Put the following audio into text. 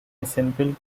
assembled